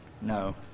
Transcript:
no